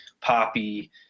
poppy